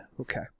Okay